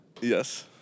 Yes